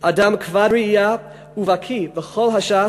אדם כבד ראייה ובקי בכל הש"ס,